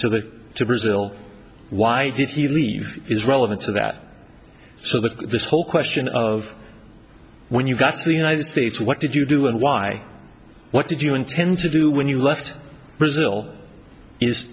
to the to brazil why did he leave is relevant to that so that this whole question of when you got to the united states what did you do and why what did you intend to do when you left brazil is